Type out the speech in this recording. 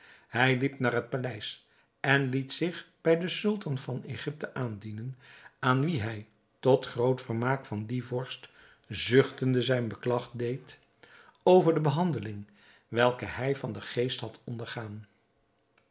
hij liep naar het paleis en liet zich bij den sultan van egypte aandienen aan wien hij tot groot vermaak van dien vorst zuchtende zijn beklag deed over de behandeling welke hij van den geest had ondergaan